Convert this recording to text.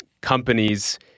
companies